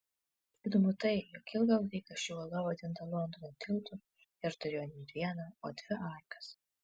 įdomu tai jog ilgą laiką ši uola vadinta londono tiltu ir turėjo ne vieną o dvi arkas